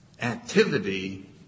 activity